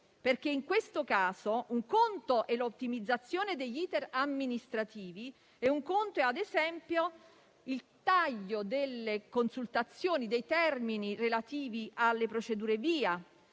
perché in questo caso un conto è l'ottimizzazione degli *iter* amministrativi e un conto è - ad esempio - il taglio delle consultazioni e dei termini relativi alle procedure di